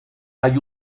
hay